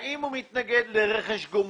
האם הוא מתנגד לרכש גומלין?